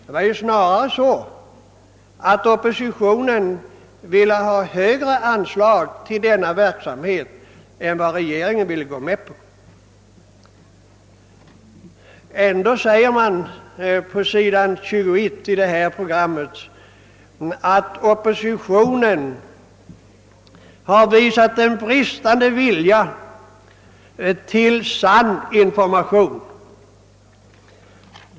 Det var ju snarare så att oppositionen ville ha högre anslag för denna verksamhet än vad regeringen ville gå med på. Ändå säger man på s. 21 i detta program, att oppositionen har visat bristande vilja till sann information.